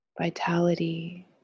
vitality